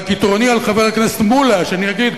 רק יתרוני על חבר הכנסת מולה שאני אגיד,